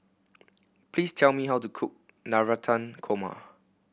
please tell me how to cook Navratan Korma